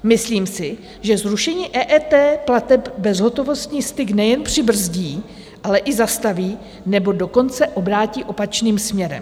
Myslím si, že zrušení EET plateb bezhotovostní styk nejen přibrzdí, ale i zastaví, nebo dokonce obrátí opačným směrem.